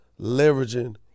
leveraging